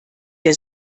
der